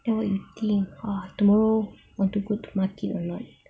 then what you think ah tomorrow want to go to market or not